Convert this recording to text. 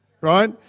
Right